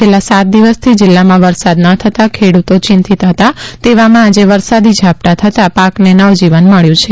છેલ્લાં સાત દિવસથી જિલ્લામાં વરસાદ ન થતા ખેડૂતો ચિંતિંત હતા તેવામાં આજે વરસાદી ઝાપટા થતા પાકને નવજીવન મળ્યું છે